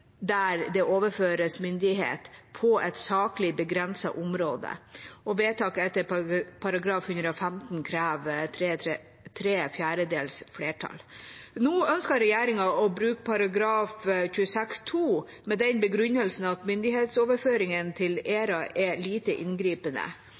der det overføres myndighet på et saklig begrenset område, og vedtak etter § 115 krever tre fjerdedels flertall. Nå ønsker regjeringen å bruke § 26 annet ledd, med den begrunnelsen at myndighetsoverføringen til